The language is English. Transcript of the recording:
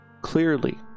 Clearly